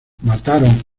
mataron